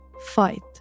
Fight